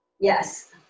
Yes